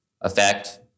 effect